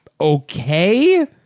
okay